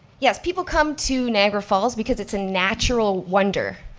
yes, people come to niagara falls because it's a natural wonder,